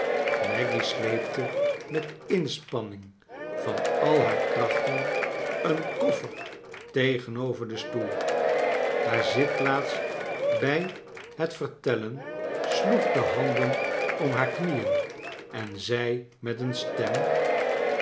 maggy sleepte met inspanning van al haar krachten een koffer tegenover den stoel haar zitplaats bij het vertellen sloeg de lianden om haar knieen en zei met een stem